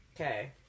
Okay